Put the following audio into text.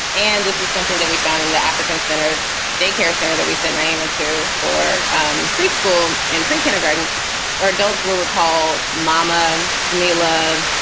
and this was something that we found in the african centered daycare center that we sent nihonmatsu for um preschool and prekindergarten for adults were recall. mama, jimmy.